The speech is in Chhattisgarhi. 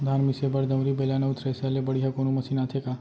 धान मिसे बर दंवरि, बेलन अऊ थ्रेसर ले बढ़िया कोनो मशीन आथे का?